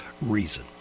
reason